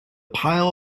pile